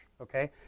okay